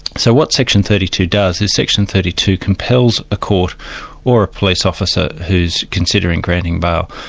so what section thirty two does is section thirty two compels a court or a police officer who's considering granting bail,